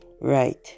Right